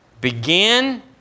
begin